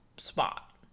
spot